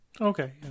Okay